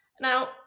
Now